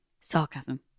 sarcasm